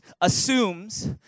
assumes